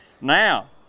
Now